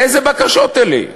איזה בקשות אלה?